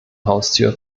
haustür